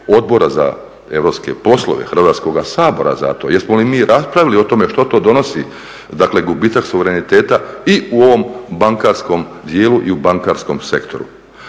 Odbora za europske poslove Hrvatskog sabora za to? Jesmo li mi raspravili o tome što to donosi? Dakle, gubitak suvereniteta i u ovom bankarskom dijelu i u bankarskom sektoru.